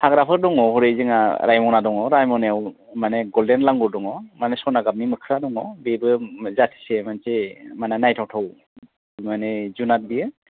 हाग्राफोर दङ हरै जोंहा रायमना दङ रायमनायाव माने गलदेन लांगुर दङ आरो सना गाबनि मोख्रा दङ बेबो जाथिसै मोनसे मानि नायथाव थाव मानि जुनार बियो